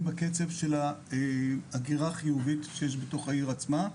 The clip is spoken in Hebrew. בקצב של ההגירה החיובי שיש בתוך העיר עצמה.